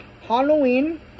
Halloween